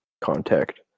contact